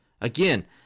Again